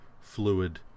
fluid